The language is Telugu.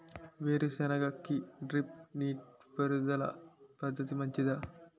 వేరుసెనగ కి డ్రిప్ నీటిపారుదల పద్ధతి మంచిదా?